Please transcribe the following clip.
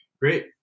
Great